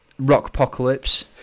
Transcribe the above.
Rockpocalypse